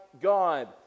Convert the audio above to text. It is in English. God